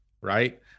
right